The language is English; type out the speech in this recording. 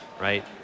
right